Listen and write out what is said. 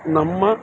ನಮ್ಮ